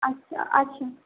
আচ্ছা আচ্ছা